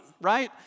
right